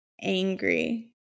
angry